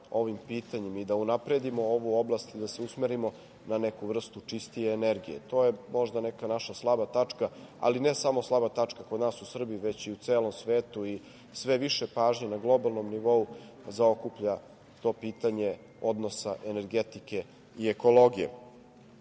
ovim pitanjem i da unapredimo ovu oblast i da se usmerimo na neku vrstu čistije energije. To je možda neka naša slaba tačka, ali ne samo slaba tačka kod nas u Srbiji, već i u celom svetu, i sve više pažnje na globalnom nivou zaokuplja to pitanje odnosa energetike i ekologije. Podsetiću